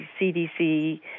cdc